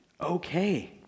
okay